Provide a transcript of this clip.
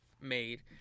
made